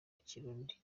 ikirundi